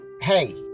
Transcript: hey